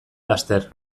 laster